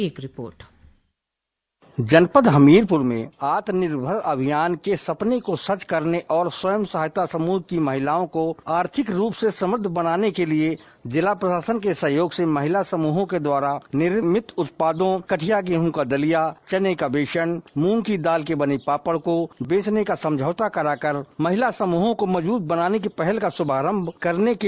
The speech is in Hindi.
एक रिपोर्ट जनपद हमीरपर में आत्मनिर्भर भारत अभियान के द्वारा स्वयं सहायता समूह की महिलाओं को आर्थिक रूप से समृद्ध बनाने के लिये जिला प्रशासन के सहयोग से महिला समूहों के द्वारा निर्मित उत्पादों कठिया गेंहूँ का दलिया चने का बेसन मूंग की दाल के बने पापड़ को बेंचने का समझौता कराकर महिला समूहों को मजबूत बनाने की पहल का शुभारंभ किया गया